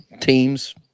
teams